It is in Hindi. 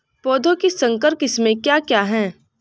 पौधों की संकर किस्में क्या क्या हैं?